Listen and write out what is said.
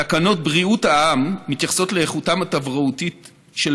תקנות בריאות העם מתייחסת לאיכותם התברואתית של